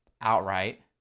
outright